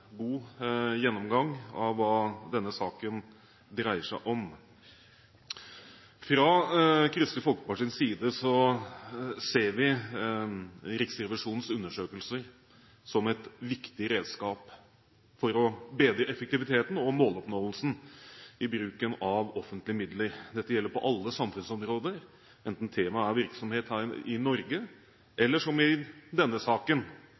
god gjennomgang av hva denne saken dreier seg om. Fra Kristelig Folkepartis side ser vi Riksrevisjonens undersøkelser som et viktig redskap for å bedre effektiviteten og måloppnåelsen i bruken av offentlige midler. Dette gjelder på alle samfunnsområder, enten temaet er virksomhet her i Norge eller – som i denne saken